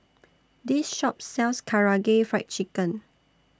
This Shop sells Karaage Fried Chicken